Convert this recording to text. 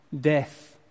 death